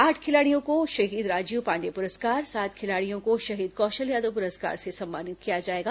आठ खिलाड़ियों को शहीद राजीव पाण्डे पुरस्कार सात खिलाड़ियों को शहीद कौशल यादव पुरस्कार से सम्मानित किया जाएगा